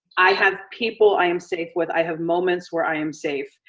i have people i am safe with, i have moments where i am safe.